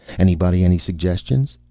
anybody any suggestions?